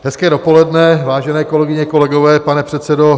Hezké dopoledne, vážené kolegyně, kolegové, pane předsedo.